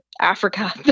Africa